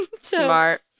Smart